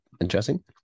interesting